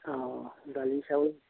অঁ দালি চাউল